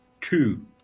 Two